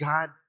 God